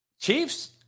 Chiefs